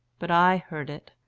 but i heard it,